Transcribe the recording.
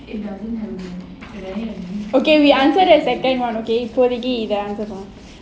okay okay answer the second [one] okay இப்போதைக்கு இதை:ipothaikku idhai answer பண்ணுவோம்:pannuvom